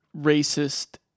racist